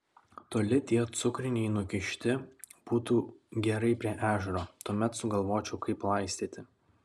toli tie cukriniai nukišti būtų gerai prie ežero tuomet sugalvočiau kaip laistyti